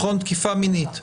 תקיפה מינית.